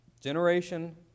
generation